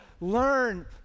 learn